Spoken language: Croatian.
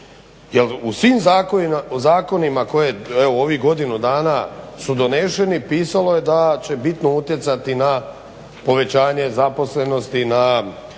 u svim zakonima koje evo u ovih godinu dana su doneseni pisalo je da će bitno utjecati na povećanje zaposlenosti, na